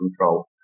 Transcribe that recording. control